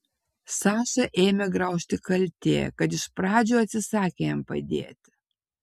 sašą ėmė graužti kaltė kad iš pradžių atsisakė jam padėti